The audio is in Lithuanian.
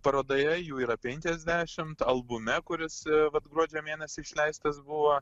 parodoje jų yra penkiasdešimt albume kuris vat gruodžio mėnesį išleistas buvo